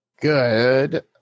Good